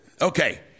Okay